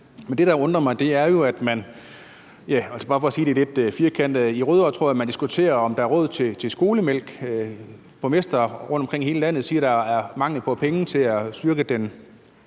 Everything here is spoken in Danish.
det, der undrer mig, er jo – bare for at sige det lidt firkantet – at de i Rødovre, tror jeg, diskuterer, om der er råd til skolemælk. Borgmestre rundtomkring i hele landet siger, at der er mangel på penge til at styrke